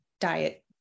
diet